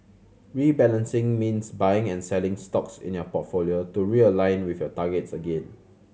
rebalancing means buying and selling stocks in your portfolio to realign with your targets again